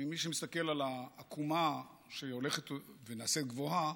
מי שמסתכל על העקומה, שהולכת ונעשית גבוהה,